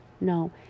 No